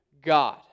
God